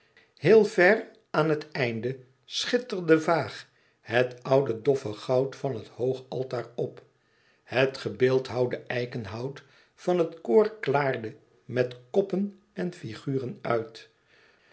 heel ver aan het einde schitterde vaag het oude doffe goud van het hoog altaar op het gebeeldhouwde eikenhout van het koor klaarde met koppen en figuren uit